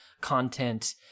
content